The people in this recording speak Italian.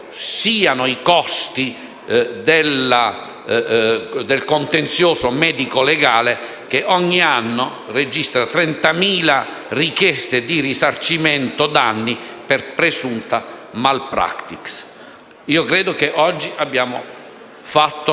ammontano i costi del contenzioso medico-legale, che ogni anno registra 30.000 richieste di risarcimento danni per presunte *malpractice*. Io credo che oggi stiamo per